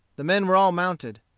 the men were all mounted.